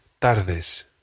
tardes